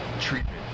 treatment